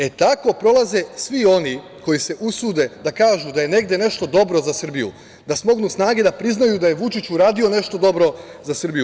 E tako prolaze svi oni koji se usude da kažu da je negde nešto dobro za Srbiju, da smognu snage da priznaju da je Vučić uradio nešto dobro za Srbiju.